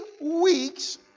weeks